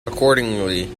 accordingly